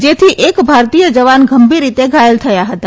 જેથી એક ભારતીય જવાન ગંભીર રીતે ઘાયલ થયો હતો